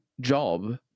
job